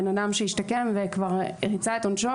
בן-אדם שהשתקם וכבר ריצה את עונשו,